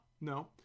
no